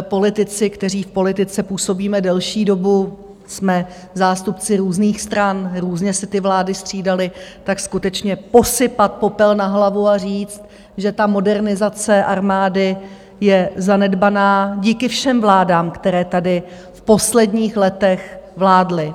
politici, kteří v politice působíme delší dobu, jsme zástupci různých stran, různě se ty vlády střídaly, skutečně posypat popel na hlavu a říct, že ta modernizace armády je zanedbaná díky všem vládám, které tady v posledních letech vládly.